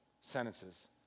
sentences